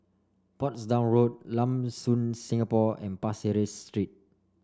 Portsdown Road Lam Soon Singapore and Pasir Ris Street